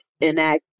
enact